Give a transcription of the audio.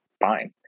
fine